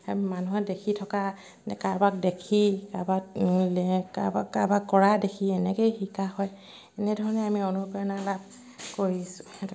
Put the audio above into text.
মানুহে দেখি থকা কাৰোবাক দেখি কাৰোবাক কাৰোবাক কাৰোবাক কৰা দেখি এনেকেই শিকা হয় এনেধৰণে আমি অনুপ্ৰেৰণা লাভ কৰিছোঁ সেইটো